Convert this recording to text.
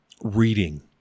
reading